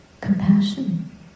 compassion